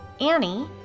Annie